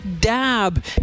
dab